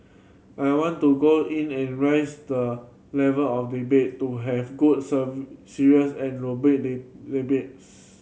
I want to go in and raise the level of debate to have good serve serious and robust the debates